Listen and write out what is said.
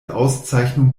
auszeichnung